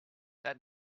that